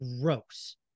gross